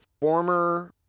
former